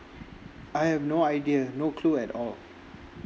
I have no idea no clue at all